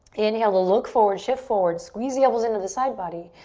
inhale to look forward, shift forward, squeeze the elbows into the side body.